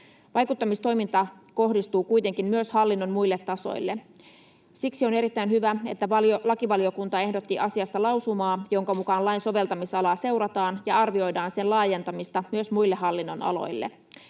Vaikuttamistoimintaa kohdistuu kuitenkin myös hallinnon muille tasoille. Siksi on erittäin hyvä, että lakivaliokunta ehdotti asiasta lausumaa, jonka mukaan lain soveltamisalaa seurataan ja arvioidaan sen laajentamista myös muille hallinnonaloille.